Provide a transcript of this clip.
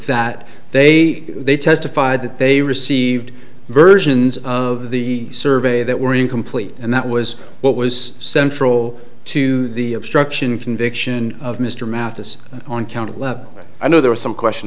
that they they testified that they received versions of the survey that were incomplete and that was what was central to the obstruction conviction of mr matheson on count level but i know there was some question